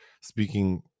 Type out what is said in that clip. speaking